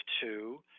two